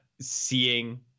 seeing